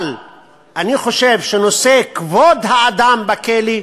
אבל אני חושב שנושא כבוד האדם בכלא,